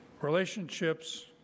relationships